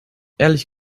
ehrlich